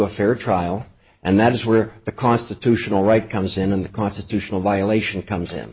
a fair trial and that is where the constitutional right comes in and the constitutional violation comes him